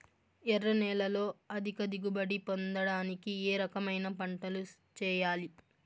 ఎర్ర నేలలో అధిక దిగుబడి పొందడానికి ఏ రకమైన పంటలు చేయాలి?